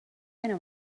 heno